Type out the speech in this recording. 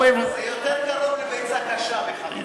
זה יותר קרוב לביצה קשה מחביתה.